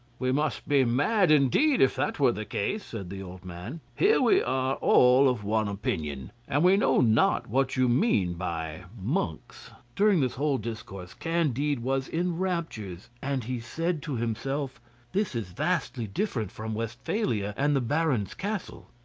we must be mad, indeed, if that were the case, said the old man here we are all of one opinion, and we know not what you mean by monks. during this whole discourse candide was in raptures, and he said to himself this is vastly different from westphalia and the baron's castle.